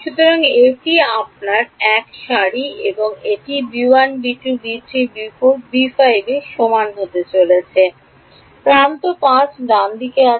সুতরাং এটি আপনার এক সারি এবং এটি b1 b2 b3 b4 b5 এর সমান হতে চলেছে প্রান্ত 5 ডানদিকে আছে